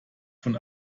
von